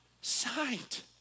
sight